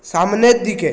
সামনের দিকে